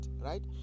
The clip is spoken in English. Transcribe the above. right